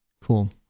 Cool